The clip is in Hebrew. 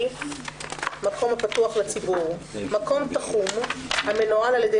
"מקום הפתוח לציבור" מקום תחום המנוהל על ידי